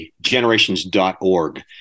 generations.org